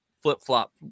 flip-flop